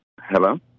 Hello